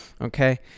Okay